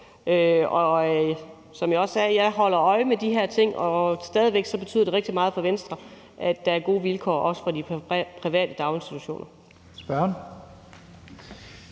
holder jeg øje med de her ting, og det betyder stadig væk rigtig meget for Venstre, at der er gode vilkår, også for de private daginstitutioner.